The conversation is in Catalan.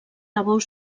labor